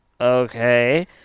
okay